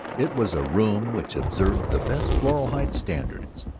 it was a room which observed the best floral heights standards.